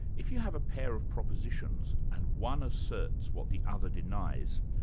if you have a pair of propositions, and one asserts what the other denies,